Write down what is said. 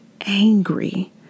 angry